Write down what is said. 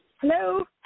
Hello